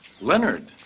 Leonard